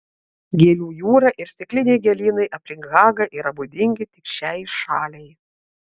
gėlių jūra ir stikliniai gėlynai aplink hagą yra būdingi tik šiai šaliai